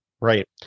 Right